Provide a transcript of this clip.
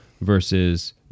versus